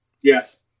Yes